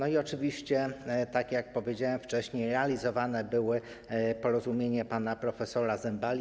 Oczywiście, tak jak powiedziałem wcześniej, realizowane było porozumienie pana prof. Zembali.